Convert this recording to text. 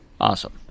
awesome